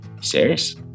serious